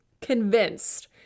convinced